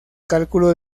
cálculo